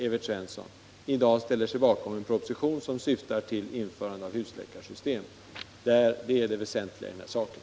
Evert Svensson, i dag ställer sig bakom en proposition som syftar till införande av husläkarsystem. Det är det väsentliga i den här frågan.